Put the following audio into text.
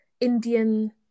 Indian